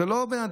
זה לא אדם